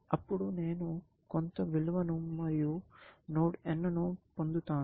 అప్పుడు నేను కొంత విలువను మరియు నోడ్ n ను పొందుతాను